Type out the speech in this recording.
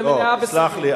לא, סלח לי.